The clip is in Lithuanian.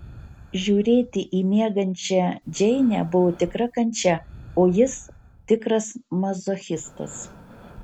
žiūrėti į miegančią džeinę buvo tikra kančia o jis tikras mazochistas